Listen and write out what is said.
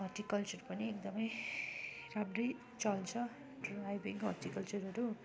horticulture पनि एकदम राम्रै चल्छ ड्राइभिङ हर्टिकल्चरहरू